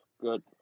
Good